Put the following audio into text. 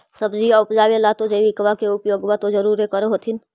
सब्जिया उपजाबे ला तो जैबिकबा के उपयोग्बा तो जरुरे कर होथिं?